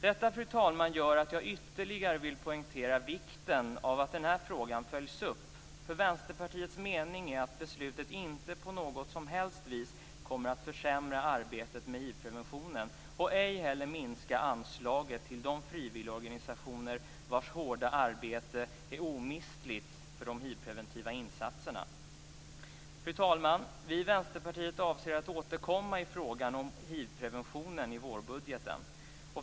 Detta, fru talman, gör att jag ytterligare vill poängtera vikten av att den här frågan följs upp. Vänsterpartiets mening är att beslutet inte på något som helst vis kommer att försämra arbetet med hivpreventionen. Ej heller kommer anslaget att minska till de frivilligorganisationer vilkas hårda arbete är omistligt för de hivpreventiva insatserna. Fru talman! Vi i Vänsterpartiet avser att återkomma till frågan om hivpreventionen i vårbudgeten.